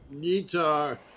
Guitar